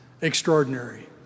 extraordinary